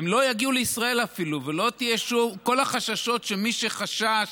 הם לא יגיעו לישראל אפילו, וכל החששות של מי שחשש